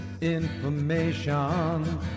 Information